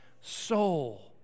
soul